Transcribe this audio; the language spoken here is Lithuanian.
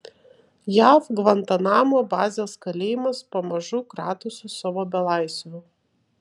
jav gvantanamo bazės kalėjimas pamažu kratosi savo belaisvių